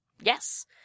Yes